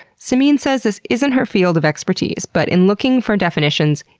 simine says this isn't her field of expertise, but in looking for definitions,